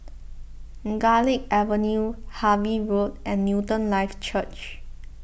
Garlick Avenue Harvey Road and Newton Life Church